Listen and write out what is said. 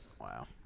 Wow